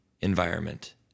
environment